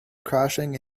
crashing